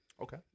Okay